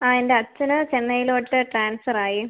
ആ എൻ്റെ അച്ഛൻ ചെന്നൈയിലോട്ട് ട്രാൻസ്ഫർ ആയി